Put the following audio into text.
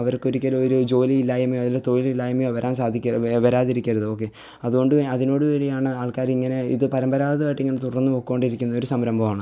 അവർക്ക് ഒരിക്കലും ഒരു ജോലി ഇല്ലായ്മയോ അല്ലേ തൊഴിലില്ലായ്മയോ വരാൻ സാധിക്കരുത് വരാതിരിക്കരുത് ഓക്കേ അതുകൊണ്ട് അതിനോടു കൂടിയാണ് ആൾക്കാർ ഇങ്ങനെ ഇത് പാരമ്പരാഗതമായിട്ട് ഇങ്ങനെ തുടർന്ന് പോയിക്ക് ണ്ടിരിക്കുന്ന ഒരു സംരംഭവാണ്